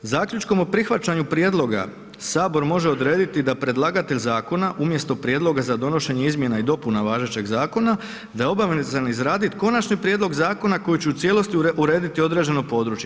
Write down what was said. Zaključkom o prihvaćanju prijedloga Sabor može odrediti da predlagatelj zakona umjesto prijedloga za donošenje izmjena i dopuna važećeg zakona da je obavezan izraditi konačni prijedlog zakona koji će u cijelosti urediti određeno područje.